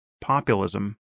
populism